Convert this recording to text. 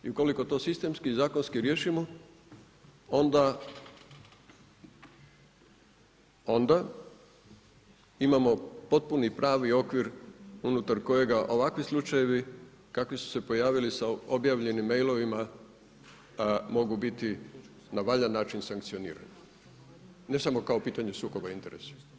I ukoliko to sistemski i zakonski riješimo onda imamo potpuni pravi okvir unutar kojega ovakvi slučajevi kakvi su se pojavili sa objavljenim mailovima mogu biti na valjan način sankcionirani, ne samo kao pitanje sukoba interesa i sveobuhvatno.